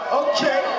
okay